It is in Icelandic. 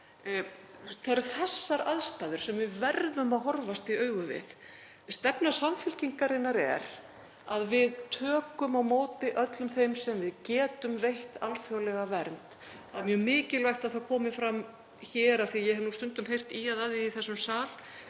eru þessar aðstæður sem við verðum að horfast í augu við. Stefna Samfylkingarinnar er að við tökum á móti öllum þeim sem við getum veitt alþjóðlega vernd. Það er mjög mikilvægt að það komi fram hér. Og af því að ég hef stundum heyrt ýjað að því í þessum sal